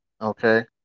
Okay